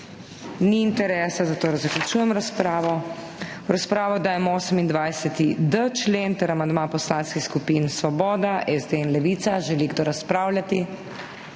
Ni interesa, zato zaključujem razpravo. V razpravo dajem 28.d člen ter amandma poslanskih skupin Svoboda, SD in Levica. Želi kdo razpravljati?